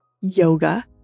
yoga